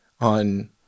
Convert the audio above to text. on